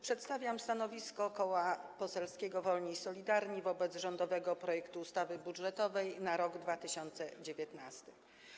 Przedstawiam stanowisko Koła Poselskiego Wolni i Solidarni wobec rządowego projektu ustawy budżetowej na rok 2019.